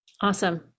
Awesome